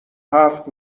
هفت